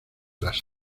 las